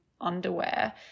underwear